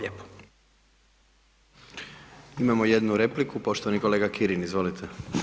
Imamo jednu repliku, poštovani kolega Kirin, izvolite.